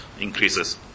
increases